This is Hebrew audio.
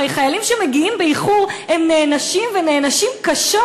הרי חיילים שמגיעים באיחור נענשים, ונענשים קשות.